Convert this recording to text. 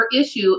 issue